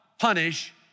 punish